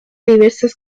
diversas